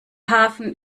hafen